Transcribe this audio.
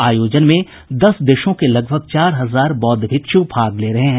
आयोजन में दस देशों के लगभग चार हजार बौद्ध भिक्षु भाग ले रहे हैं